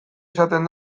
izaten